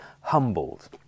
humbled